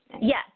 Yes